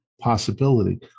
possibility